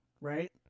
right